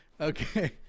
Okay